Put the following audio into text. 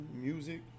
music